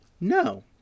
No